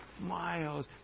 miles